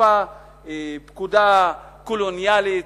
מחליפה פקודה קולוניאלית,